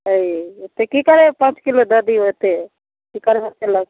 अएँ यै एतेक की करबै पाँच किलो दऽ दिऔ एतेक की करबै से